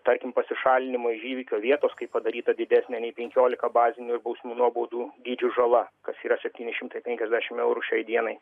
tarkim pasišalinimo iš įvykio vietos kai padaryta didesnė nei penkiolika bazinių bausmių nuobaudų dydžių žala kas yra septyni šimtai penkiasdešimt eurų šiai dienai